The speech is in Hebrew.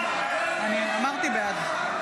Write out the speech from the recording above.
--- אמרתי בעד.